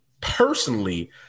personally